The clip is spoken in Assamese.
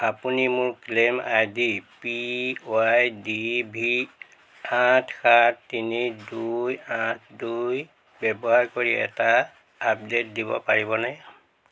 আপুনি মোৰ claim I D P Y D V আঠ সাত তিনি দুই আঠ দুই ব্যৱহাৰ কৰি এটা আপডেট দিব পাৰিবনে